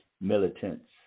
militants